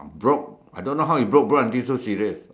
broke I don't know how he broke broke until so serious